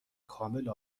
کامل